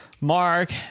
Mark